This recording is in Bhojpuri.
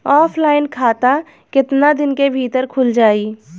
ऑफलाइन खाता केतना दिन के भीतर खुल जाई?